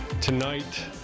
tonight